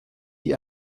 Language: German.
die